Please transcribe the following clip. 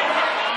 אין בתקנון,